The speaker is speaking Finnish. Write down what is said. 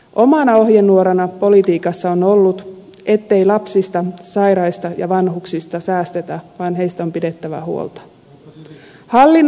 omana ohjenuoranani politiikassa on ollut ettei lapsista sairaista ja vanhuksista säästetä vaan heistä on pidettävä huolta